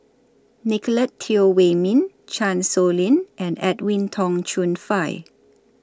Nicolette Teo Wei Min Chan Sow Lin and Edwin Tong Chun Fai